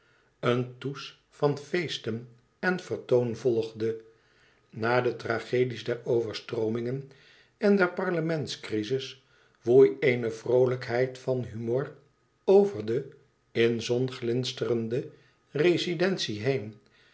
een roes van feesten en vertoon volgde na de tragedies der overstroomingen en der parlementscrizis woei eene vroolijkheid van humor over de in de zon glinsterende rezidentie heen